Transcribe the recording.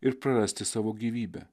ir prarasti savo gyvybę